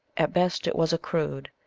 at best it was a crude,